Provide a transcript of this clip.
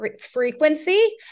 frequency